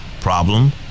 problem